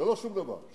ללא שום דבר.